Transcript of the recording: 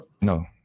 No